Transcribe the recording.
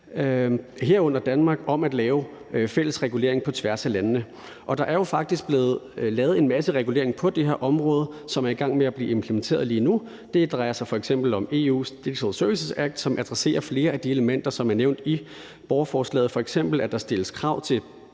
herunder Danmark, går sammen om at lave fælles regulering på tværs af landene. Og der er jo faktisk blevet lavet en masse regulering på det her område, som er i gang med at blive implementeret lige nu. Det drejer sig f.eks. om EU's Digital Services Act, som adresserer flere af de elementer, som er nævnt i borgerforslaget, f.eks. at der stilles krav til